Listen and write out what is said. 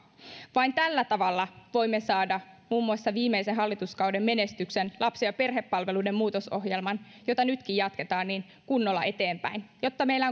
vain tällä tavalla voimme saada muun muassa viimeisen hallituskauden menestyksen lapsi ja perhepalveluiden muutosohjelman jota nytkin jatketaan kunnolla eteenpäin jotta meillä